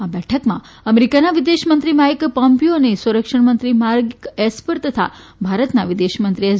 આ બેઠકમાં અમેરિકાના વિદેશમંત્રી માઈક પોમ્પીયો અને સંરક્ષણ મંત્રી માર્ક એસ્પર તથા ભારતના વિદેશમંત્રી એસ